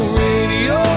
radio